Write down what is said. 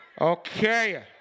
Okay